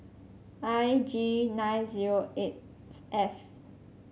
I G nine zero eight F